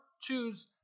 choose